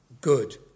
good